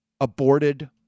aborted